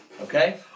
Okay